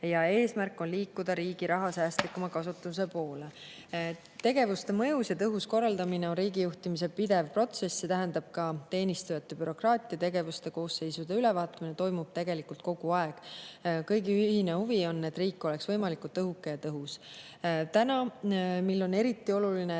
Eesmärk on liikuda riigi raha säästlikuma kasutuse poole. Tegevuste mõjus ja tõhus korraldamine on riigijuhtimise pidev protsess, see tähendab, et ka teenistujate, bürokraatiategevuste ja koosseisude ülevaatamine toimub tegelikult kogu aeg. Kõigi ühine huvi on, et riik oleks võimalikult õhuke ja tõhus. Täna, mil on eriti oluline,